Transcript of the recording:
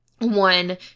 one